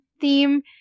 theme